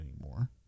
anymore